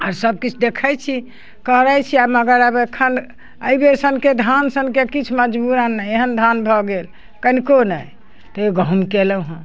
आओर सबकिछु देखै छी करै छी आओर मगर एखन एहिबेर सनके धान सनके किछु मजबूरन नहि एहन धान भऽ गेल कनिको नहि तैओ गहूम कएलहुँ हँ